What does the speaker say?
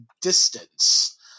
distance